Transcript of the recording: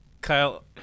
Kyle